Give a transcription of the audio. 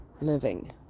Living